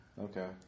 Okay